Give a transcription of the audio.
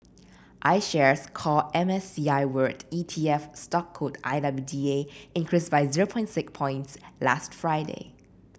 IShares Core M S C I World E T F stock code I W D A increased by zero point six points last Friday